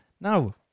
Now